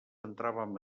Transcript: entràvem